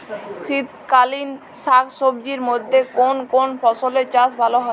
শীতকালীন শাকসবজির মধ্যে কোন কোন ফসলের চাষ ভালো হয়?